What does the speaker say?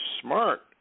smart